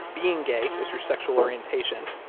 being gay is your sexual orientation,